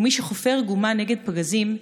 / ומי שחופר גומה נגד פגזים,